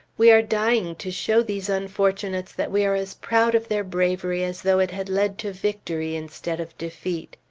we are dying to show these unfortunates that we are as proud of their bravery as though it had led to victory instead of defeat.